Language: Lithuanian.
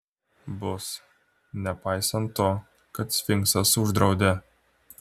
bus nepaisant to kad sfinksas uždraudė